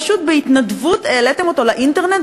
פשוט בהתנדבות העליתם אותו לאינטרנט,